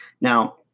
Now